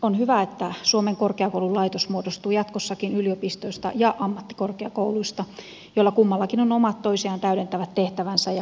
on hyvä että suomen korkeakoululaitos muodostuu jatkossakin yliopistoista ja ammattikorkeakouluista joilla kummallakin on omat toisiaan täydentävät tehtävänsä ja profiilinsa